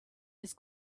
his